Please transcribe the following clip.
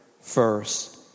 first